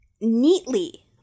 Neatly